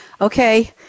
okay